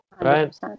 Right